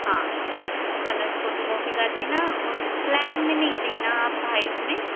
हाँ colour photocopy कर देना और प्लेन में नहीं देना भाइट में